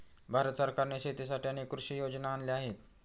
भारत सरकारने शेतीसाठी अनेक कृषी योजना आणल्या आहेत